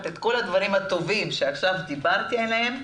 את כל הדברים הטובים שעכשיו דיברתי עליהם,